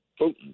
Putin